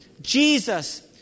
Jesus